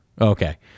Okay